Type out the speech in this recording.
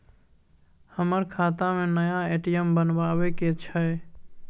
हमर खाता में नया ए.टी.एम बनाबै के छै?